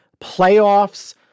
playoffs